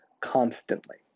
constantly